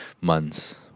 months